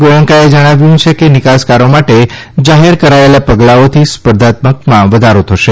ગોયન્કાએ જણાવ્યું છે કે નીકાસકારો માટે જાહેર કરાયેલા પગલાઓથી સ્પર્ધાત્મકતામાં વધારો થશે